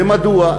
ומדוע?